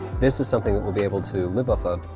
this is something that we'll be able to live off of,